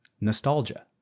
nostalgia